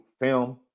film